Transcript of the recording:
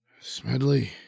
Smedley